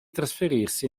trasferirsi